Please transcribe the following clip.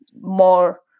more